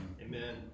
Amen